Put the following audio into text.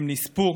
הם נספו